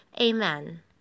Amen